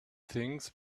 things